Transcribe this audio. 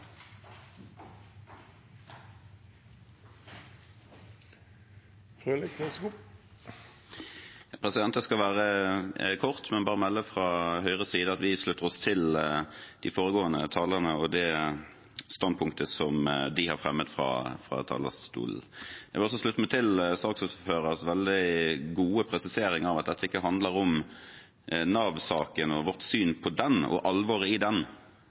Høyres side at vi slutter oss til de foregående talerne og det standpunktet som de har fremmet fra talerstolen. Jeg vil også slutte meg til saksordførerens veldig gode presisering av at dette ikke handler om Nav-saken og vårt syn på den og alvoret i den